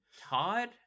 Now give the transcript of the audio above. Todd